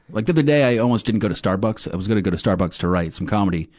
like the other day i almost didn't go to starbucks. i was gonna go to starbucks to write some comedy,